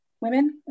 women